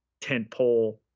tentpole